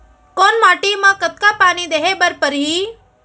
कोन माटी म कतका पानी देहे बर परहि?